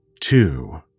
two